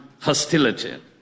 hostility